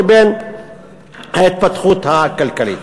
לבין ההתפתחות הכלכלית.